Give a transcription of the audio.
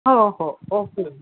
हो हो ओके